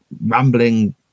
rambling